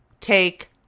take